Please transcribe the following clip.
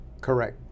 Correct